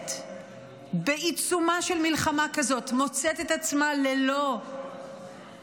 שנמצאת בעיצומה של מלחמה כזאת מוצאת את עצמה ללא ראש,